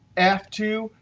f two,